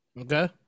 Okay